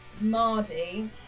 Mardi